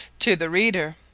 to the reader.